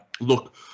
Look